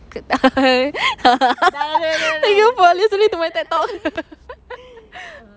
thank you for listening to my TED talk